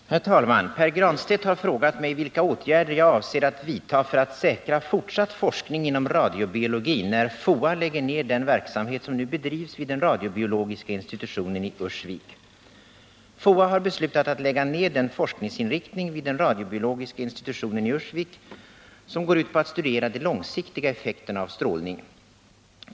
Herr talman! Pär Granstedt har frågat mig vilka åtgärder jag avser att vidta för att säkra fortsatt forskning inom radiobiologin när FOA lägger ner den verksamhet som nu bedrivs vid den radiobiologiska institutionen i Ursvik. FOA har beslutat att lägga ner den forskningsinriktning vid den radiobiologiska institutionen i Ursvik som går ut på att studera de långsiktiga effekterna av strålning.